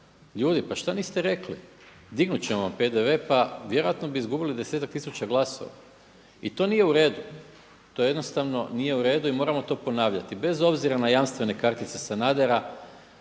ljudi pa šta niste rekli, dignut ćemo vam PDV pa vjerojatno bi izgubili desetak tisuća glasova i to nije uredu, to jednostavno nije uredu i moramo to ponavljati bez obzira na jamstvene kartice Sanadera